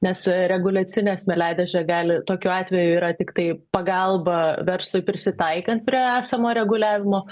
nes reguliacinė smėliadėžė gali tokiu atveju yra tiktai pagalba verslui prisitaikant prie esamo reguliavimo